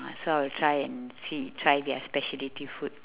so I will try and see try their speciality food